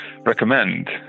recommend